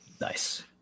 Nice